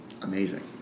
amazing